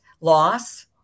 loss